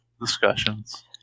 discussions